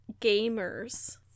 Gamers